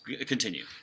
continue